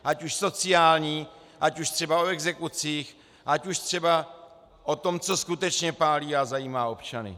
Ať už sociální, ať už třeba o exekucích, ať už třeba o tom, co skutečně pálí a zajímá občany.